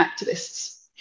activists